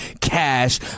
cash